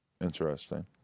Interesting